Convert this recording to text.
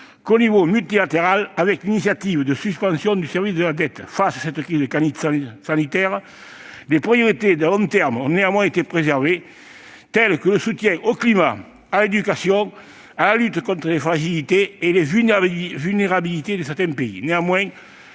que multilatéral, avec l'initiative de suspension du service de la dette. Face à la crise sanitaire, les priorités de long terme ont néanmoins été préservées, telles que les soutiens au climat, à l'éducation ou à la lutte contre les « fragilités » et les « vulnérabilités » de certains pays.